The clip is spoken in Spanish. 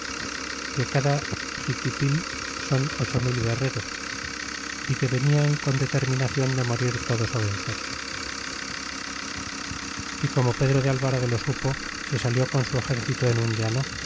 que cada xiquipil son ocho mil guerreros a que venian con determinacion de morir todos vencer y como el pedro de alvarado lo supo se salió con su exercito en un